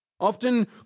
Often